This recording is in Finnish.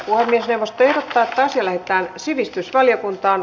puhemiesneuvosto ehdottaa että asia lähetetään sivistysvaliokuntaan